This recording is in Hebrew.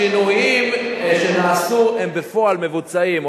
השינויים שנעשו, בפועל מבוצעים.